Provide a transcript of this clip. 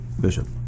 Bishop